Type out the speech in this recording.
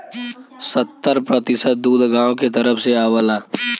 सत्तर प्रतिसत दूध गांव के तरफ से आवला